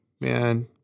man